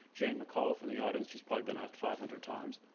jane mcauliffe in the audience, she's probably been asked five hundred times,